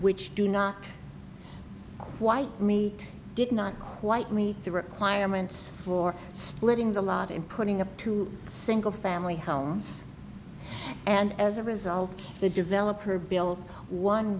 which do not white meat did not quite meet the requirements for splitting the lot in putting up two single family homes and as a result the developer bill one